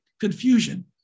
confusion